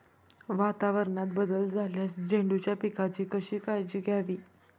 वातावरणात बदल झाल्यास झेंडूच्या पिकाची कशी काळजी घ्यावी?